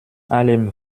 allem